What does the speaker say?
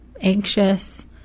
anxious